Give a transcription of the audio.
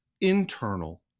internal